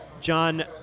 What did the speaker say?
John